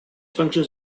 functions